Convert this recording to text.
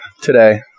today